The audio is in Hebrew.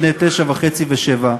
בני תשע וחצי ושבע,